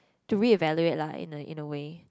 to revaluate lah in a in a way